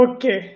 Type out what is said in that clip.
Okay